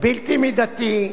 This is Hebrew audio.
בלתי מידתי,